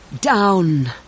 down